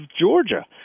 Georgia